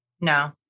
No